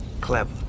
Clever